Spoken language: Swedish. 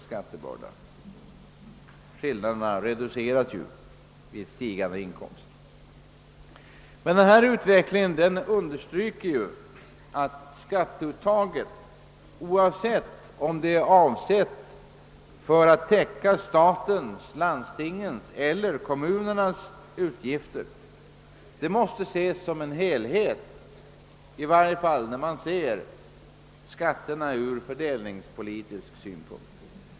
Skillnaderna reduceras ju med stigande inkomst. Denna utveckling understryker att skatteuttaget, oaktat det är avsett för att täcka statens, landstingens eller kommunernas utgifter, måste betraktas som en helhet — i varje fall när man ser skatterna ur fördelningspolitisk synpunkt.